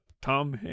Tom